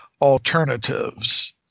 alternatives